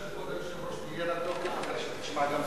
השאלה של כבוד היושב-ראש יהיה לה תוקף אחרי שתשמע גם את השאלה שלי.